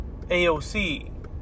AOC